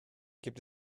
gibt